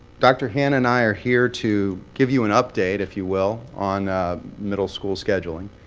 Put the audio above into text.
dr. hanna and i are here to give you an update, if you will, on middle school scheduling.